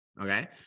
Okay